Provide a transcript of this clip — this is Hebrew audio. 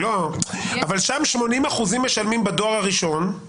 אבל שם 80% משלמים בדואר הראשון, נכון?